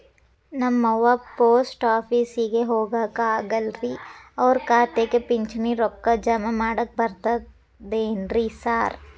ನಮ್ ಅವ್ವ ಪೋಸ್ಟ್ ಆಫೇಸಿಗೆ ಹೋಗಾಕ ಆಗಲ್ರಿ ಅವ್ರ್ ಖಾತೆಗೆ ಪಿಂಚಣಿ ರೊಕ್ಕ ಜಮಾ ಮಾಡಾಕ ಬರ್ತಾದೇನ್ರಿ ಸಾರ್?